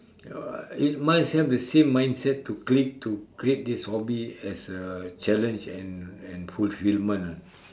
ya it's must have the same mindset to create to create this hobby as a challenge and and fulfilment ah